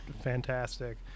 fantastic